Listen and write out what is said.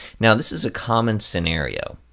now this is a common scenario.